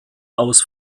aus